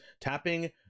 Tapping